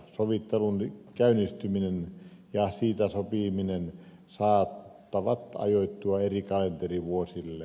sovittelun käynnistyminen ja siitä sopiminen saattavat ajoittua eri kalenterivuosille